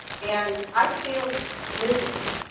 and i failed miserably.